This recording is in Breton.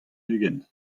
ugent